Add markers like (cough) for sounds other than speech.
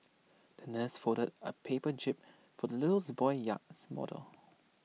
(noise) the nurse folded A paper jib for the little (unintelligible) boy's yacht model